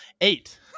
eight